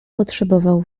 potrzebował